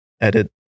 edit